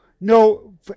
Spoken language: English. no